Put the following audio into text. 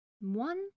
one